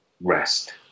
rest